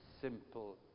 simple